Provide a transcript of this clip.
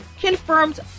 confirmed